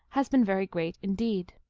has been very great indeed.